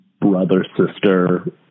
brother-sister